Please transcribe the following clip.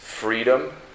Freedom